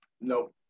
Nope